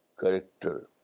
Character